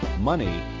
money